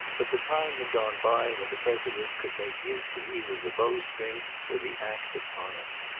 but the time had gone by when the president could make use of either the bow-string or the axe upon him.